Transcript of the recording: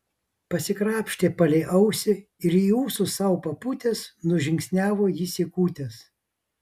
pasikrapštė palei ausį ir į ūsus sau papūtęs nužingsniavo jis į kūtes